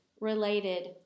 related